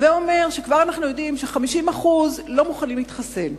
הווי אומר שכבר אנחנו יודעים ש-50% לא מוכנים להתחסן.